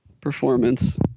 performance